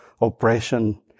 oppression